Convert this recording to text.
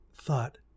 thought